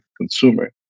consumer